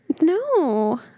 No